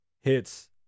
Hits